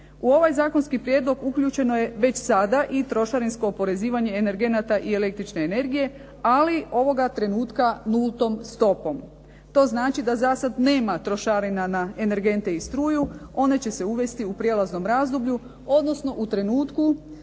u ovaj zakonski prijedlog uključeno je već sada i trošarinsko oporezivanje energenata i električne energije ali ovoga trenutka nultom stopom. To znači da za sad nema trošarina na energente i struju. One će se uvesti u prijelaznom razdoblju, odnosno u trenutku